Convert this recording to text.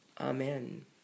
Amen